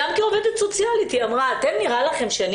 כעובדת סוציאלית היא אמרה: נראה לכם שאני